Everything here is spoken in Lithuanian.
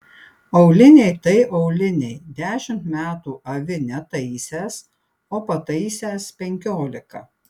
auliniai tai auliniai dešimt metų avi netaisęs o pataisęs penkiolika